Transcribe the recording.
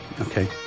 Okay